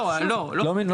לא, לא.